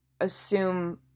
assume